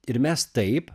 ir mes taip